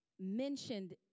mentioned